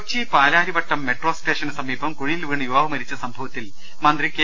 Kochi Palarivattom metro സ്റ്റേഷന് സമീപം കുഴിയിൽ വീണ് യുവാവ് മരിച്ച സംഭവത്തിൽ മന്ത്രി കെ